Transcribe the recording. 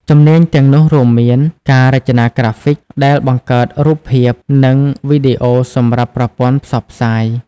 ជំនាញទាំងនោះរួមមាន ការរចនាក្រាហ្វិក ដែលបង្កើតរូបភាព និងវីដេអូសម្រាប់ប្រព័ន្ធផ្សព្វផ្សាយ។